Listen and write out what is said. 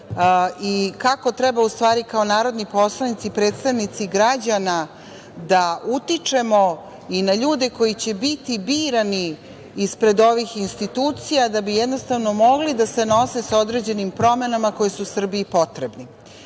i kako treba kao narodni poslanici i predstavnici građana da utičemo i na ljude koji će biti birani ispred ovih institucija, da bi jednostavno mogli da se nose sa određenim promenama koje su Srbiji potrebne. Potrebne